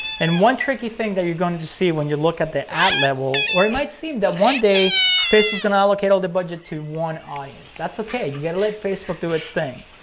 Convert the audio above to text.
and one tricky thing that you're going to see when you look at the ad level, or it might seem that one day face was gonna allocate all the budget to one audience that's okay. you gotta let facebook do its thing.